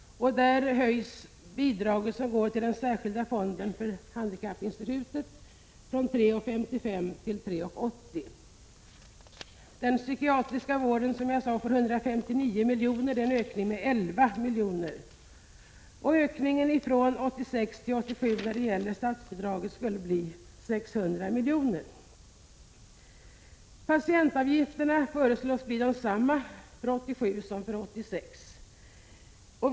Där höjs bidraget som går till den särskilda fonden för handikappinstitutet från 3:55 till 3:80 kr. Den psykiatriska vården får, som jag sade, 159 miljoner, vilket är en ökning med 11 miljoner. Ökningen från 1986 till 1987 av de sammanlagda statsbidragen skulle bli 600 miljoner. Patientavgifterna föreslås bli desamma för 1987 som för 1986.